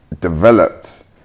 developed